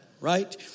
right